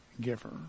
giver